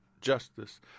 justice